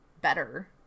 better